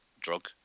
drug